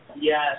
Yes